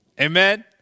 Amen